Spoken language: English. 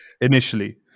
Initially